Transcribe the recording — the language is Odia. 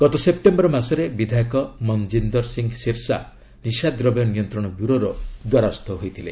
ଗତ ସେପ୍ଟେମ୍ବର ମାସରେ ବିଧାୟକ ମନ୍କିନ୍ଦର ସିଂହ ସିର୍ସା ନିଶାଦ୍ରବ୍ୟ ନିୟନ୍ତ୍ରଣ ବ୍ୟୁରୋର ଦ୍ୱାରସ୍ଥ ହୋଇଥିଲେ